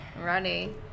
Ready